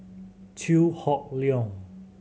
Chew Hock Leong